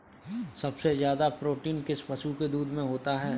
सबसे ज्यादा प्रोटीन किस पशु के दूध में होता है?